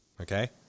okay